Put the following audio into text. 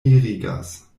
mirigas